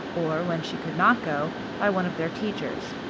or when she could not go, by one of their teachers.